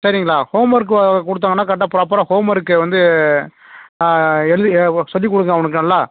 சரிங்களா homework கொடுத்தாங்கன்னா கரெக்டாக பிராப்பரா ஹோம் ஒர்க்கை வந்து எழுதி சொல்லிக் கொடுங்க அவனுக்கு நல்லா